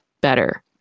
better